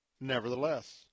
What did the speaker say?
Nevertheless